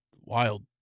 wild